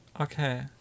Okay